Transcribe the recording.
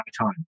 time